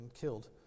killed